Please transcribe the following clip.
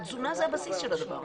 התזונה זה הבסיס של הדבר הזה.